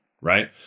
right